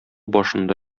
башында